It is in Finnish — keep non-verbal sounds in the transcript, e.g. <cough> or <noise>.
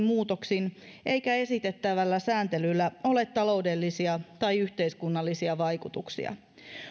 <unintelligible> muutoksin eikä esitettävällä sääntelyllä ole taloudellisia tai yhteiskunnallisia vaikutuksia